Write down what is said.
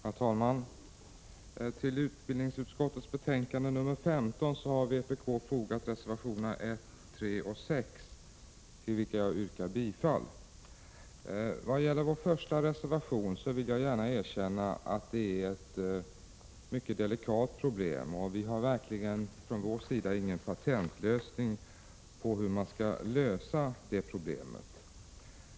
Herr talman! Till utbildningsutskottets betänkande nr 15 har vpk fogat reservationerna 1, 3 och 6, till vilka jag yrkar bifall. När det gäller vår första reservation vill jag gärna erkänna att den behandlar ett mycket delikat problem. Vi har från vår sida verkligen ingen patentlösning på det problemet.